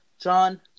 John